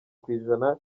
kwijana